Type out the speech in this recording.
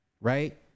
Right